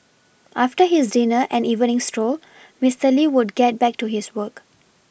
after his dinner and evening stroll Mister Lee would get back to his work